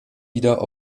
wieder